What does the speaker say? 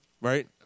right